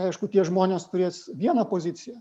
aišku tie žmonės turės vieną poziciją